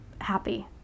happy